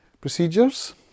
procedures